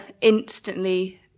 instantly